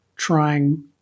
trying